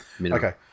Okay